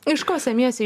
iš ko semiesi